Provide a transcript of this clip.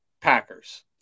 Packers